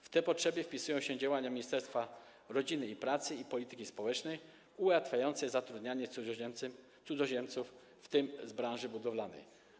W te potrzeby wpisują się działania Ministerstwa Rodziny, Pracy i Polityki Społecznej ułatwiające zatrudnianie cudzoziemców, w tym z branży budowlanej.